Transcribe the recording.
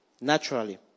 Naturally